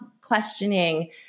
questioning